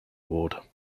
award